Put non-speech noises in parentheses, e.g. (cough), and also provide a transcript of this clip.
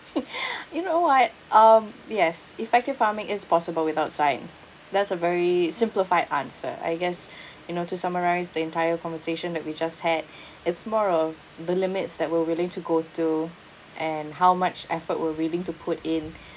(laughs) you know what um yes effective farming is possible without science there's a very simplified answer I guess (breath) you know to summarise the entire conversation that we just had (breath) it's more of the limits that we're willing to go to and how much effort we're willing to put in